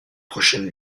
prochaine